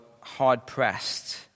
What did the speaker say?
hard-pressed